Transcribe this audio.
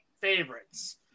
favorites